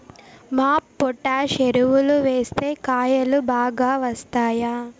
MOP potash ఎరువులు వేస్తే కాయలు బాగా వస్తాయా?